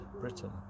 Britain